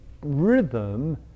rhythm